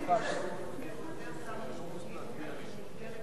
ההצבעה כאשר שרי הממשלה יצאו מאולם